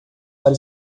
para